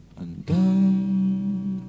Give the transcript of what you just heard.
undone